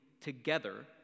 together